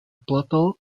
plateau